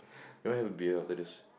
you wanna have a beer after this